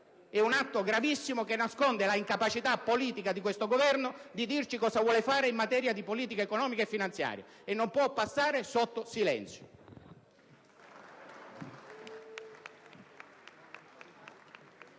di un atto gravissimo che nasconde l'incapacità politica di questo Governo di dirci cosa vuole fare in materia di politica economica e finanziaria e che non può passare sotto silenzio.